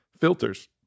filters